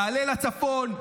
תעלה לצפון,